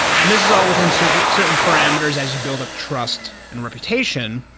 and this is all within certain certain parameters as you build up trust and reputation,